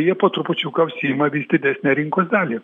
jie po trupučiuką užsiima vis didesnę rinkos dalį